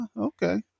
Okay